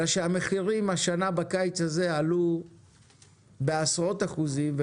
אלא שהמחירים בקיץ הזה עלו בעשרות אחוזים,